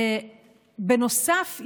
בנוסף,